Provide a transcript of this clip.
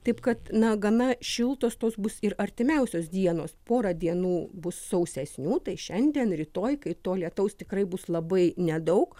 taip kad na gana šiltos tos bus ir artimiausios dienos porą dienų bus sausesnių tai šiandien rytoj kai to lietaus tikrai bus labai nedaug